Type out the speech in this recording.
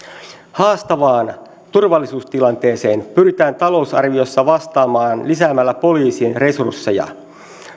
haastavaan turvallisuustilanteeseen pyritään talousarviossa vastaamaan lisäämällä poliisin resursseja